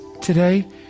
today